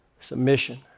submission